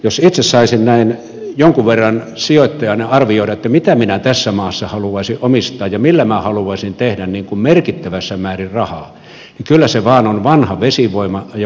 jos itse saisin näin jonkun verran sijoittajana arvioida mitä minä tässä maassa haluaisin omistaa ja millä minä haluaisin tehdä niin kuin merkittävässä määrin rahaa niin kyllä se vain on vanha vesivoima ja vanha ydinvoima